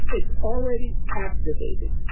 it's already activated.